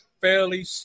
fairly